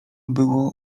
było